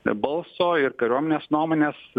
be balso ir kariuomenės nuomonės